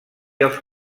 els